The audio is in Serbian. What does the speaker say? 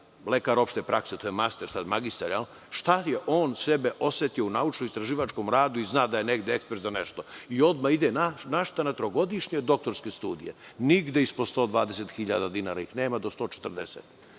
lekar opšte prakse, koji je master, magistar, šta je on sebe osetio u naučno istraživačkom radu i zna da je negde ekspert za nešto? Odmah ide na trogodišnje doktorske studije. Nigde ispod 120 hiljada dinara ih nema, do 140.Neki